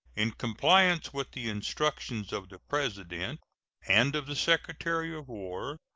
in compliance with the instructions of the president and of the secretary of war,